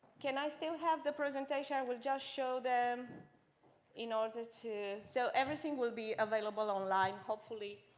can i still have the presentation, we'll just show them in order to so everything will be available online, hopefully.